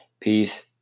Peace